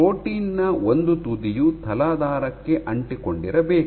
protein ನ ಒಂದು ತುದಿಯು ತಲಾಧಾರಕ್ಕೆ ಅಂಟಿಕೊಂಡಿರಬೇಕು